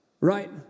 Right